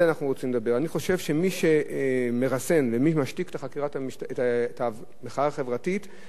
אני חושב שמי שמרסן ומי שמשתיק את המחאה החברתית זה אולי אנחנו,